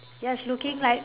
just looking like